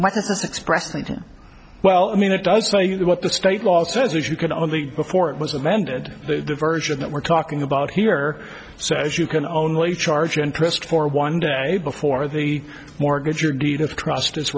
to well i mean it does tell you what the state law says you can only before it was invented the version that we're talking about here so as you can only charge interest for one day before the mortgage your deed of trust is